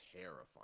terrifying